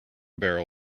barrel